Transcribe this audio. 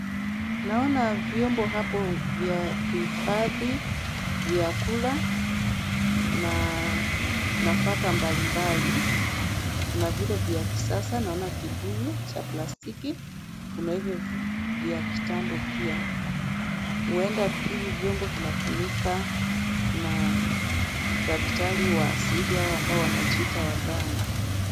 Naona vyombo hapo vya kuhifadhi vyakula na nafaka mbalimbali. Kuna vile vya kisasa, naona kibuyu cha plastiki. Kuna hivyo vya kitambo pia. Huenda hivi vyombo vinatumika na daktari wa asili au ambao wanajiita waganga.